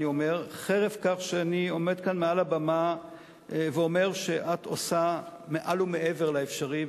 חרף כך שאני עומד כאן מעל הבמה ואומר שאת עושה מעל ומעבר לאפשרי,